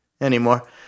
anymore